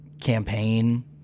Campaign